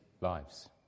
lives